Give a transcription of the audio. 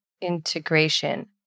integration